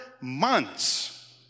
months